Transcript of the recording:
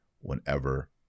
whenever